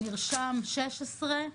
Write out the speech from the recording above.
נרשם 16,